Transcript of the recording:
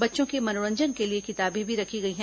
बच्चों के मनोरंजन के लिए किताबें रखी गई हैं